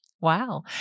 Wow